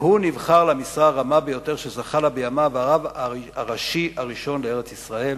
והוא נבחר למשרה הרמה שזכה לה בימיו: הרב הראשי הראשון לארץ-ישראל.